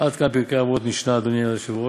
עד כאן פרקי אבות, משנה, אדוני היושב-ראש.